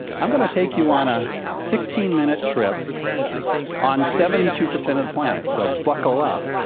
i'm going to take you on a sixteen minute trip on seventy two percent of the planet, so buckle up.